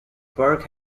park